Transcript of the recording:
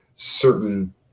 Certain